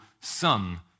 son